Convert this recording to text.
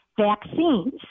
vaccines